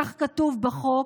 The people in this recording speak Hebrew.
כך כתוב בחוק,